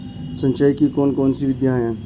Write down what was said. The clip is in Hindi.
सिंचाई की कौन कौन सी विधियां हैं?